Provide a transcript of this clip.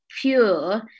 pure